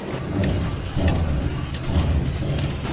the land lay quiet under the declining sun.